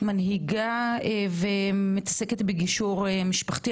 אישה מנהיגה ומתעסקת בגישור משפחתי,